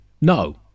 No